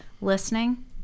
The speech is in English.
listening